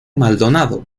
maldonado